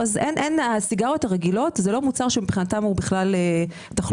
הסיגריות הרגילות זה לא מוצר שמבחינתם הוא תחלופה.